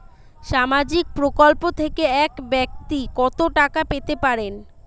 সামাজিক প্রকল্প থেকে এক ব্যাক্তি কত টাকা পেতে পারেন?